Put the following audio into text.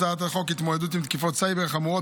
את הצעת החוק בשם חבר הכנסת יולי אדלשטיין.